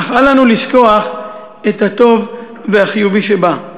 אך אל לנו לשכוח את הטוב והחיובי שבה.